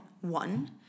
one